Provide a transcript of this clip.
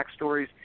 backstories